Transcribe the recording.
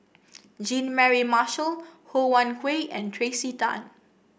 Jean Mary Marshall Ho Wan Hui and Tracey Tan